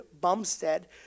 Bumstead